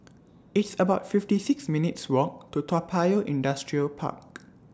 It's about fifty six minutes' Walk to Toa Payoh Industrial Park